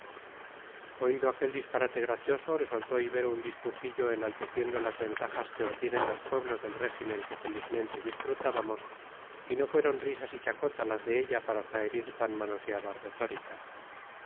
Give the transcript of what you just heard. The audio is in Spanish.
oído aquel disparate gracioso le soltó ibero un discursillo enalteciendo las ventajas que obtienen los pueblos del régimen que felizmente disfrutábamos y no fueron risas y chacota las de ella para zaherir tan manoseadas retóricas